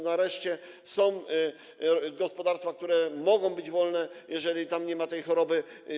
Nareszcie są gospodarstwa, które mogą być wolne, jeżeli tam nie ma tej choroby.